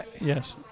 yes